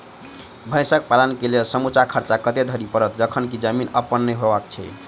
भैंसक पालन केँ लेल समूचा खर्चा कतेक धरि पड़त? जखन की जमीन अप्पन नै होइत छी